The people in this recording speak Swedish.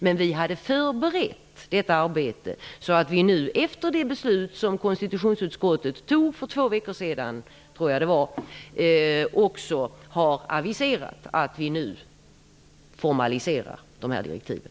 Men vi hade förberett detta arbete, och efter det beslut som konstitutionsutskottet fattade för två veckor sedan har vi nu aviserat att vi formaliserar de här direktiven.